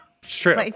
True